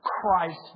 Christ